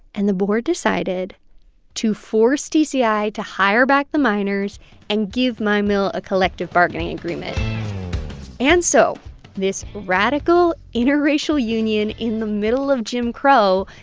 and the board decided to force tci to hire back the miners and give mine mill a collective bargaining agreement and so this radical interracial union, in the middle of jim crow,